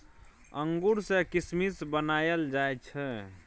अंगूर सँ किसमिस बनाएल जाइ छै